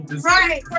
Right